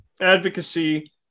advocacy